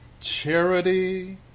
Charity